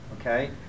okay